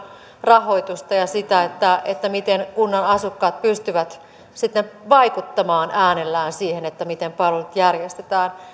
rahoitusta ja sitä miten kunnan asukkaat pystyvät sitten vaikuttamaan äänellään siihen miten palvelut järjestetään